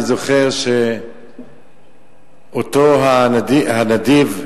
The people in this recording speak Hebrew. ואני זוכר שאותו הנדיב,